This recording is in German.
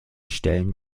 stellen